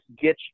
get